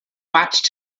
watched